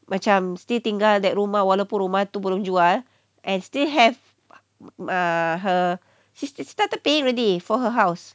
macam still tinggal that rumah walaupun rumah tu belum jual and still have err her she's start to pay ready for her house